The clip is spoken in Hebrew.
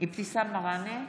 אבתיסאם מראענה,